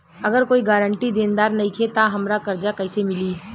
अगर कोई गारंटी देनदार नईखे त हमरा कर्जा कैसे मिली?